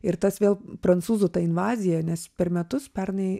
ir tas vėl prancūzų ta invazija nes per metus pernai